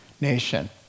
nation